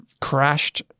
crashed